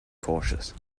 cautious